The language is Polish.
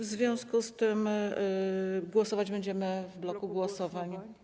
W związku z tym głosować będziemy w bloku głosowań.